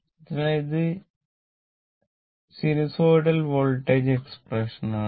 അതിനാൽ ഇത് സിനസൊഇടല് വോൾട്ടേജിന്റെ എസ്സ്പ്രെഷൻ ആണ്